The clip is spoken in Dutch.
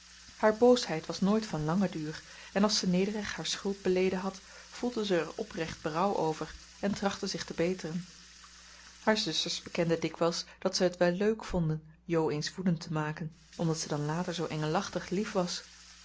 haar boosheid was nooit van langen duur en als ze nederig haar schuld beleden had voelde ze er oprecht berouw over en trachtte zich te beteren haar zusters bekenden dikwijls dat ze het wel leuk vonden jo eens woedend te maken omdat ze dan later zoo engelachtig lief was